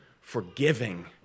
forgiving